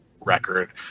record